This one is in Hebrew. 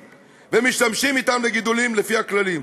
ומשתמשים אתם לגידולים לפי הכללים,